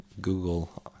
Google